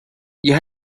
you